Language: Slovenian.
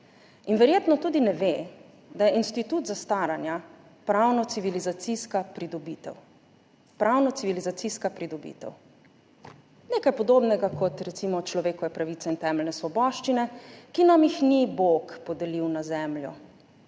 in verjetno tudi ne ve, da je institut zastaranja pravno-civilizacijska pridobitev. Pravno-civilizacijska pridobitev. Nekaj podobnega kot recimo človekove pravice in temeljne svoboščine, ki nam jih ni bog podelil na Zemljo,